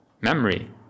memory